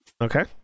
Okay